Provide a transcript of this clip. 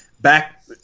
back